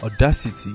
Audacity